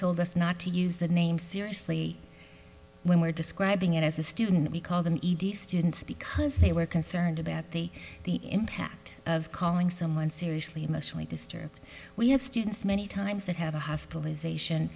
told us not to use the name seriously when we're describing it as a student we call them the students because they were concerned about the the impact of calling someone seriously emotionally disturbed we have students many times that have a hospitalisation